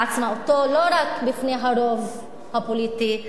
עצמאותו לא רק בפני הרוב הפוליטי,